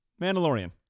Mandalorian